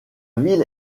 ville